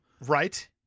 Right